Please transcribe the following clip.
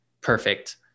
perfect